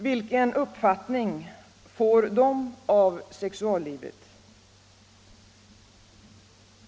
Vilken uppfattning får de av sexuallivet?